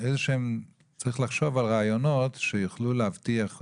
צריך לחשוב על רעיונות שיוכלו להבטיח את